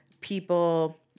people